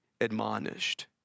admonished